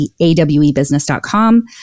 awebusiness.com